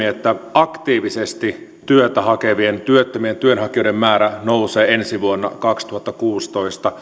aktiivisesti työtä hakevien työttömien työnhakijoiden määrä nousee ensi vuonna kaksituhattakuusitoista